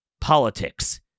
politics